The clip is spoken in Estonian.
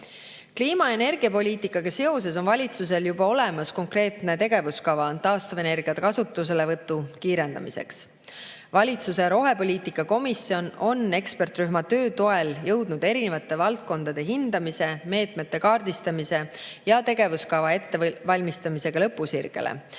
Kliima ja energiapoliitikaga seoses on valitsusel juba olemas konkreetne tegevuskava taastuvenergia kasutuselevõtu kiirendamiseks. Valitsuse rohepoliitika komisjon on ekspertrühma töö toel jõudnud erinevate valdkondade hindamise, meetmete kaardistamise ja tegevuskava ettevalmistamisega lõpusirgele,